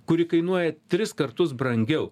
kuri kainuoja tris kartus brangiau